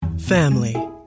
family